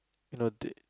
note it